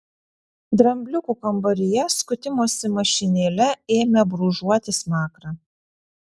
drambliukų kambaryje skutimosi mašinėle ėmė brūžuoti smakrą